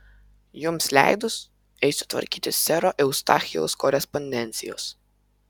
jums leidus eisiu tvarkyti sero eustachijaus korespondencijos